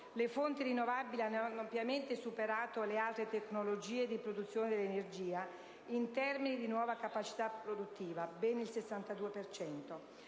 le fonti rinnovabili hanno ampiamente superato le altre tecnologie di produzione dell'energia in termini di nuova capacità produttiva (ben il 62